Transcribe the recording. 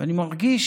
ואני מרגיש